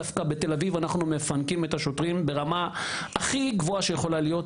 דווקא בתל אביב אנחנו מפנקים את השוטרים ברמה הכי גבוהה שיכולה להיות,